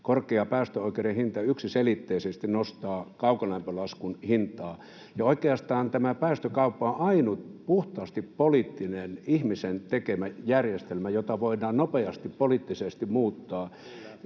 Korkea päästöoikeuden hinta yksiselitteisesti nostaa kaukolämpölaskun hintaa. Ja oikeastaan tämä päästökauppa on ainut puhtaasti poliittinen, ihmisen tekemä järjestelmä, jota voidaan nopeasti poliittisesti muuttaa.